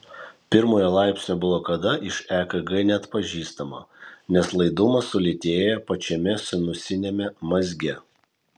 pirmojo laipsnio blokada iš ekg neatpažįstama nes laidumas sulėtėja pačiame sinusiniame mazge